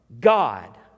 God